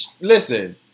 listen